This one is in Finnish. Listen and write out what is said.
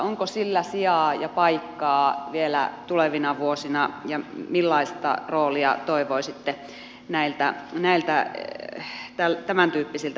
onko sillä sijaa ja paikkaa vielä tulevina vuosina ja millaista roolia toivoisitte tämäntyyppisiltä yhteistyömuodoilta jatkossa